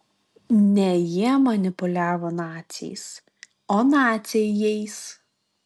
ne jie manipuliavo naciais o naciai jais